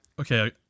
okay